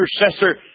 intercessor